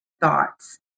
thoughts